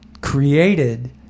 created